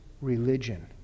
religion